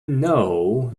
know